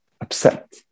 upset